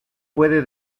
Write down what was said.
puede